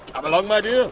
um ah lighthouse,